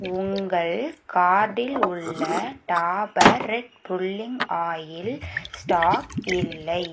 உங்கள் கார்ட்டில் உள்ள Dabur red pulling oil stock இல்லை